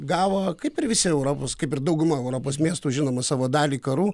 gavo kaip ir visi europos kaip ir dauguma europos miestų žinoma savo dalį karų